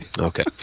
Okay